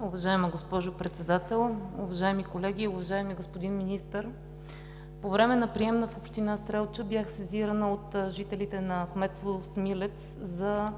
Уважаема госпожо председател, уважаеми колеги, уважаеми господин Министър! По време на приемна в община Стрелча бях сезирана от жителите на кметство Смилец за